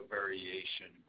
variation